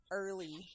early